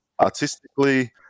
artistically